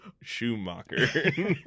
Schumacher